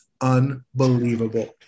unbelievable